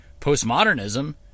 postmodernism